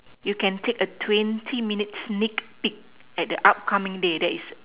you can take a twenty minute sneak peek at the upcoming day that is